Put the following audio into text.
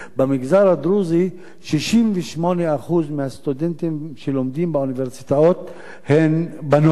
ובמגזר הדרוזי 68% מהסטודנטים שלומדים באוניברסיטאות הם בנות.